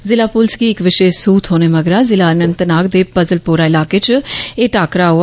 जिला पुलस गी इक विशेष सूह थ्होने मगरा जिला अनंतनाग दे पजलपोरा इलाकें च एह् टाकरा होआ